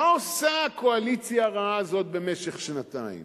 מה עושה הקואליציה הרעה הזאת במשך שנתיים?